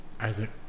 Isaac